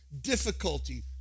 difficulty